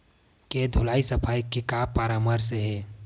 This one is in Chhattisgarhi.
के धुलाई सफाई के का परामर्श हे?